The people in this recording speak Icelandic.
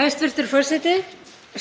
Hæstv. forseti.